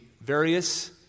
various